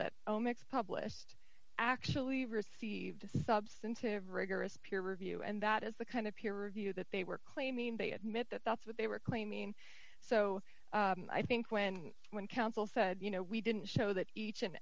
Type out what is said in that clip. that own mix published actually received a substantive rigorous peer review and that is the kind of peer review that they were claiming they admit that that's what they were claiming so i think when when counsel said you know we didn't show that each and